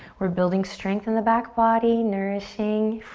we're building strength in the back body. nourishing